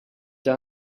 have